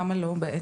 למה לא בעצם?